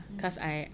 mmhmm